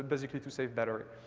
basically, to save battery.